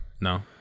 no